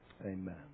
Amen